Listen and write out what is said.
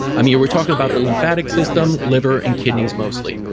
um yeah we're talking about the lymphatic system, liver and kidneys mostly.